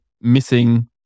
missing